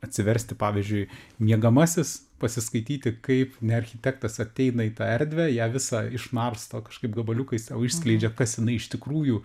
atsiversti pavyzdžiui miegamasis pasiskaityti kaip ne architektas ateina į tą erdvę ją visą išnarsto kažkaip gabaliukais tau išskleidžia kas jinai iš tikrųjų